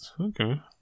Okay